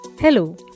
Hello